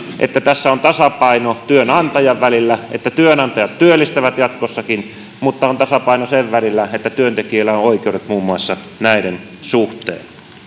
että tässä on tasapaino työnantajan ja työntekijän välillä että työnantajat työllistävät jatkossakin mutta on tasapaino sen välillä että työntekijöillä on oikeudet muun muassa näiden suhteen